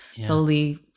solely